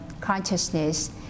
consciousness